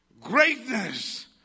greatness